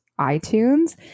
iTunes